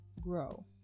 grow